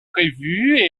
prévues